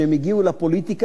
כשהם הגיעו לפוליטיקה,